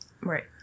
Right